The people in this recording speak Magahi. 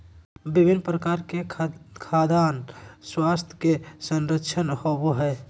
विभिन्न प्रकार के खाद्यान स्वास्थ्य के संरक्षण होबय हइ